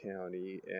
County